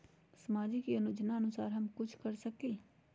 सामाजिक योजनानुसार हम कुछ कर सकील?